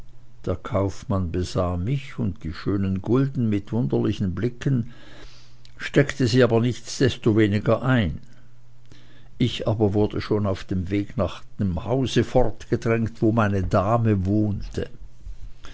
der kaufmann besah mich und die schönen gulden mit wunderlichen blicken steckte sie aber nichtsdestoweniger ein ich aber wurde schon auf dem wege nach dem hause fortgedrängt wo meine dame wohnte